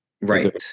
right